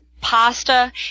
pasta